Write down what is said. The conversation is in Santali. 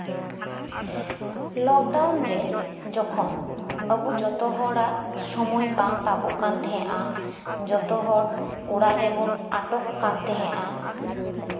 ᱞᱚᱠᱰᱟᱣᱩᱱ ᱨᱮ ᱡᱚᱠᱷᱚᱱ ᱟᱵᱚ ᱡᱚᱛᱚ ᱦᱚᱲᱟᱜ ᱥᱚᱢᱚᱭ ᱵᱟᱝ ᱛᱟᱵᱚᱜ ᱠᱟᱱ ᱛᱟᱦᱮᱸᱱᱟ ᱡᱚᱛᱚ ᱦᱚᱲ ᱚᱲᱟᱜ ᱨᱮᱵᱚᱱ ᱟᱴᱚᱠ ᱟᱠᱟᱱ ᱛᱟᱦᱮᱸᱱᱟ